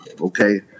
okay